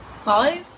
Five